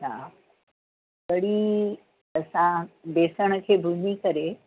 हा कढ़ी असां बेसण खे भुञी करे